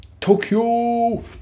Tokyo